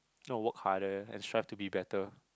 not work harder and strive to be better